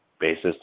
basis